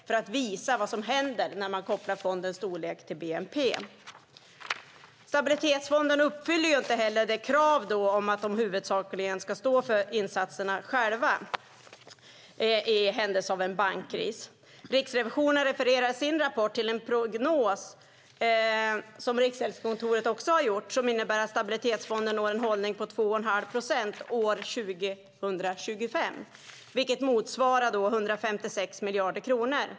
Exemplet visar vad som händer när man kopplar fondens storlek till bnp. Stabilitetsfonden uppfyller heller inte kravet på att den i händelse av en bankkris huvudsakligen själv ska stå för insatserna. Riksrevisionen refererar i sin rapport till en prognos från Riksgäldskontoret som innebär att Stabilitetsfonden når en behållning på 2,5 procent år 2025, vilket motsvarar 156 miljarder kronor.